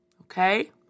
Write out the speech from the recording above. Okay